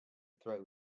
throw